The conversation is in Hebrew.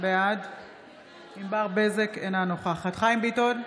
בעד ענבר בזק, אינה נוכחת חיים ביטון,